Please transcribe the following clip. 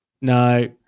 no